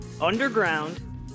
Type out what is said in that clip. underground